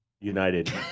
United